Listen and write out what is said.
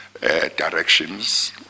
directions